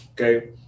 Okay